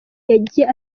yagiye